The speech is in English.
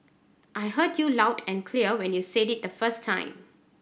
I heard you loud and clear when you said it the first time